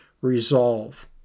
resolve